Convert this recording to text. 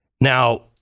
Now